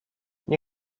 nie